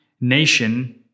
nation